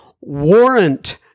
warrant